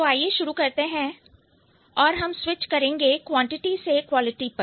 तो आइए चर्चा शुरू करते हैं और हम स्विच करेंगे क्वांटिटी से क्वालिटी पर